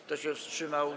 Kto się wstrzymał?